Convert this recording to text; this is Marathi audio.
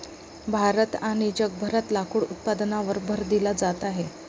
भारतात आणि जगभरात लाकूड उत्पादनावर भर दिला जात आहे